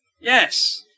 Yes